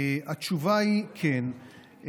התשובה היא כן.